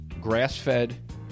grass-fed